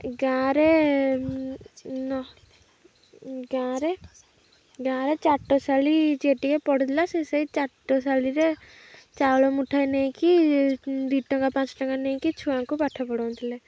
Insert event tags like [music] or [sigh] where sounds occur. ଗାଁରେ [unintelligible] ଗାଁରେ ଗାଁରେ ଚାଟଶାଳୀ ଯିଏ ଟିକେ ପଢ଼ୁଥିଲା ସେ ସେଇ ଚାଟଶାଳୀରେ ଚାଉଳ ମୁଠାଏ ନେଇକି ଦୁଇ ଟଙ୍କା ପାଞ୍ଚ ଟଙ୍କା ନେଇକି ଛୁଆଙ୍କୁ ପାଠ ପଢ଼ଉ ଥିଲେ